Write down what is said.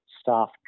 staff